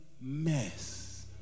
mess